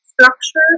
structure